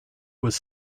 was